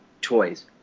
toys